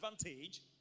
advantage